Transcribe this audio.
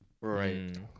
Right